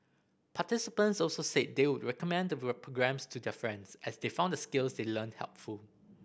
participants also said they would recommend the programmes to their friends as they found the skills they learnt helpful